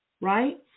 right